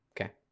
okay